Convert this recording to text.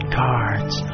cards